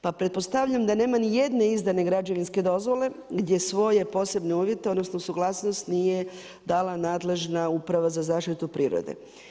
Pa pretpostavljam da nema ni jedne izdane građevinske dozvole gdje svoje posebne uvjete odnosno suglasnost nije dala nadležna Uprava za zaštitu prirode.